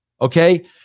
Okay